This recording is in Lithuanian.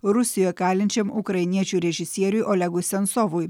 rusijo kalinčiam ukrainiečių režisieriui olegui sensovui